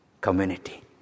community